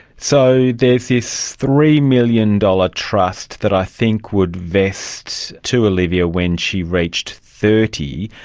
so there's this three million dollars trust that i think would vest to olivia when she reached thirty,